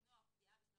לא מה שהיה פה